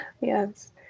Yes